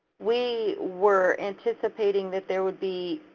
we were anticipating that there would be,